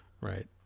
Right